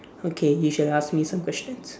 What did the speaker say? okay you should ask me some questions